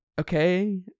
okay